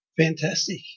fantastic